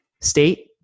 state